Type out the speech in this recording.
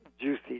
juicy